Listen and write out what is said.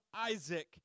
Isaac